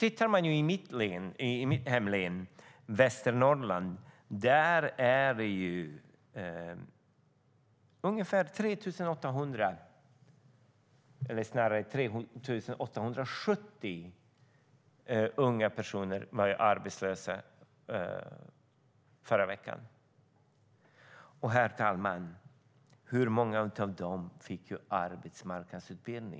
I mitt hemlän Västernorrland var 3 870 unga personer arbetslösa förra veckan, herr talman. Hur många av dem fick då arbetsmarknadsutbildning?